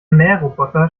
mähroboter